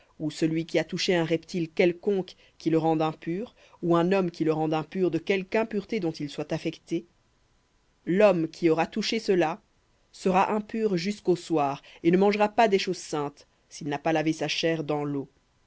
ou celui qui a touché un reptile quelconque qui le rende impur ou un homme qui le rende impur de quelque impureté dont il soit affecté lhomme qui aura touché cela sera impur jusqu'au soir et ne mangera pas des choses saintes s'il n'a pas lavé sa chair dans l'eau